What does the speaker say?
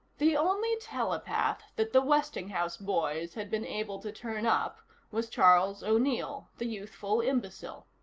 the only telepath that the westinghouse boys had been able to turn up was charles o'neill, the youthful imbecile.